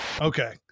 Okay